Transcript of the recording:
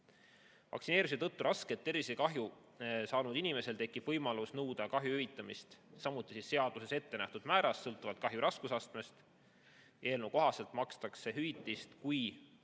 Vaktsineerimise tõttu raske tervisekahjustuse saanud inimesel tekib võimalus nõuda kahju hüvitamist seaduses ette nähtud määras, sõltuvalt kahju raskusastmest. Eelnõu kohaselt makstakse hüvitist, kui